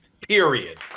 Period